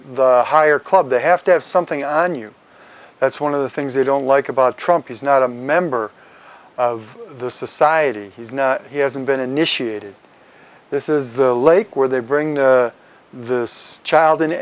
the higher club they have to have something on you that's one of the things they don't like about trump is not a member of the society he's now he hasn't been initiated this is the lake where they bring this child